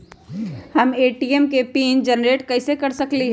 हम ए.टी.एम के pin generate कईसे कर सकली ह?